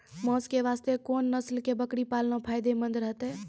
मांस के वास्ते कोंन नस्ल के बकरी पालना फायदे मंद रहतै?